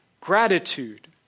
gratitude